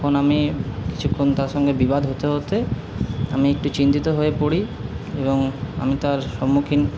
তখন আমি কিছুক্ষণ তার সঙ্গে বিবাদ হতে হতে আমি একটু চিন্তিত হয়ে পড়ি এবং আমি তার সম্মুখীন